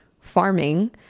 farming